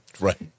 Right